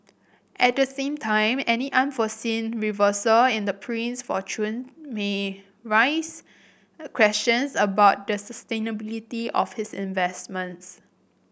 at the same time any unforeseen reversal in the prince's fortune may raise questions about the sustainability of his investments